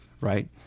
right